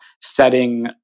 setting